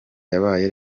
yabaye